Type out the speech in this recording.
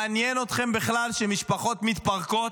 מעניין אתכם בכלל שמשפחות מתפרקות,